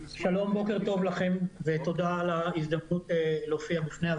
שלום לכם, תודה רבה עבור ההזדמנות לדבר.